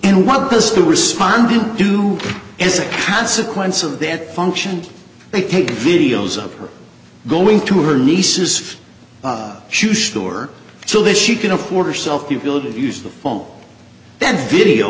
one has to respond to do as a consequence of that function they take videos of her going to her niece's shoe store so that she can afford her self the ability to use the phone then video